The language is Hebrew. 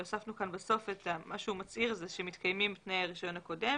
הוספנו בסוף שהוא מצהיר ש"מתקיימים תנאי הרישיון הקודם